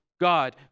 God